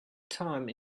time